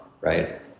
right